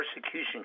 Persecution